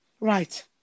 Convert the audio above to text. right